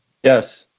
yes.